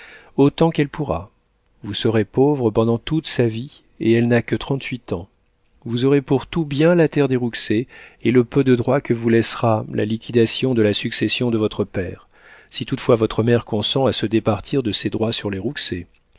autant qu'elle pourra vous serez pauvre pendant toute sa vie et elle n'a que trente-huit ans vous aurez pour tout bien la terre des rouxey et le peu de droits que vous laissera la liquidation de la succession de votre père si toutefois votre mère consent à se départir de ses droits sur les rouxey